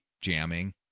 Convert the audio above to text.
jamming